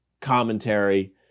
commentary